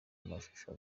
mashusho